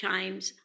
Times